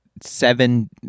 seven